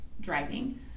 driving